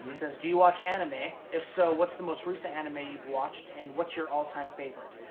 says, do you watch anime? if so, what's the most recent anime you've watched, and what's your all-time favorite?